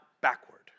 backward